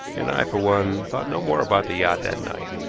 and i, for one, thought no more about the yacht that night.